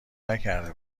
نکرده